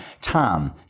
Tom